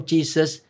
Jesus